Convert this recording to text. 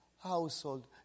household